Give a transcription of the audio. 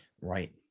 Right